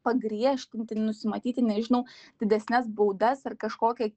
pagriežtinti nusimatyti nežinau didesnes baudas ar kažkokią